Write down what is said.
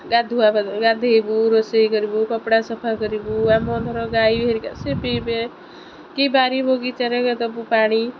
ଗାଧୁଆ ପାଧୁଆ ଗାଧୋଇବୁ ରୋଷେଇ କରିବୁ କପଡ଼ା ସଫା କରିବୁ ଆମ ଧର ଗାଈ ହେରିକା ସେ ପିଇବେ କି ବାରିବଗିଚାରେ ଦେବୁ ପାଣି